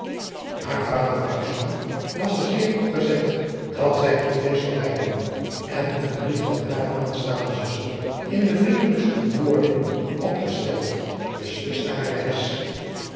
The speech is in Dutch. aar vader was er zeer op gezet dat zij dit feest zou bijwonen en een brief van hare aanstaande zuster in de vriendelijkste bewoordingen opgesteld besliste hare reis